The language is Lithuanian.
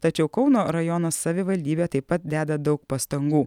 tačiau kauno rajono savivaldybė taip pat deda daug pastangų